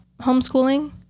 homeschooling